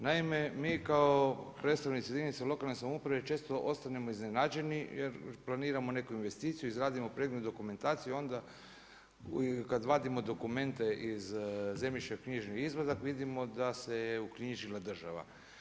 Naime, mi kao predstavnici jedinica lokalne samouprave često ostanemo iznenađeni jer planiramo neku investiciju, izradimo predmet dokumentaciju i onda kada vadimo dokumente iz zemljišno-knjižni izvadak vidimo da se je uknjižila država.